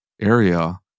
area